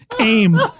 aim